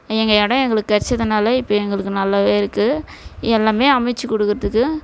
எங்கள் இடம் எங்களுக்கு கிடச்சதுனால இப்போ எங்களுக்கு நல்லாவே இருக்கு எல்லாமே அமைச்சி கொடுக்குறதுக்கு